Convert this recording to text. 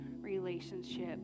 relationship